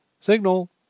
Signal